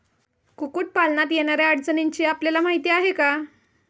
कुक्कुटपालनात येणाऱ्या अडचणींची आपल्याला माहिती आहे का?